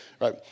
right